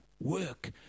work